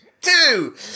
Two